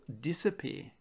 disappear